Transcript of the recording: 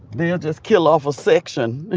they'll just kill off a section.